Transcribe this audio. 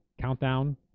countdown